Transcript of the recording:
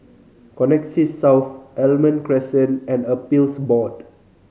Connexis South Almond Crescent and Appeals Board